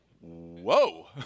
whoa